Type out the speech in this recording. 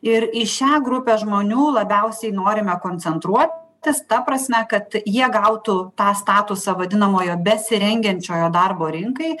ir į šią grupę žmonių labiausiai norime koncentruotis ta prasme kad jie gautų tą statusą vadinamojo besirengiančiojo darbo rinkai